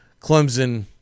Clemson